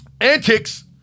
Antics